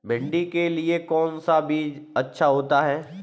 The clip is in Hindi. भिंडी के लिए कौन सा बीज अच्छा होता है?